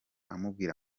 amubwira